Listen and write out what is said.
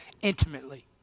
intimately